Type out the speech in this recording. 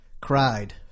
cried